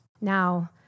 Now